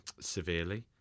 severely